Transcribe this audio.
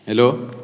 hello